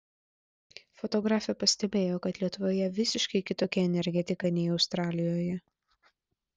fotografė pastebėjo kad lietuvoje visiškai kitokia energetika nei australijoje